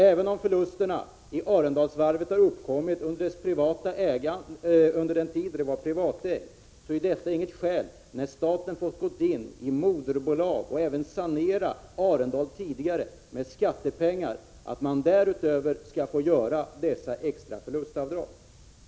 Även om förlusterna vid Arendalsvarvet har uppkommit under den tid då företaget var privatägt, utgör detta inget skäl — staten har ju fått gå in i moderbolag och har även sanerat Arendal tidigare med skattepengartill att man därutöver skall få göra dessa extra förlustavdrag.